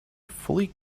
fully